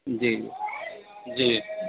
جی جی